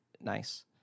nice